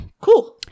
Cool